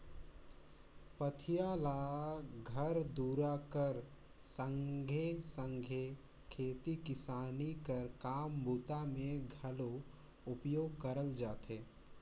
पथिया ल घर दूरा कर संघे सघे खेती किसानी कर काम बूता मे घलो उपयोग करल जाथे